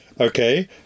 Okay